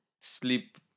sleep